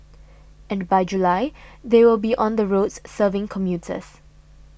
and by July they will be on the roads serving commuters